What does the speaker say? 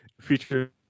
feature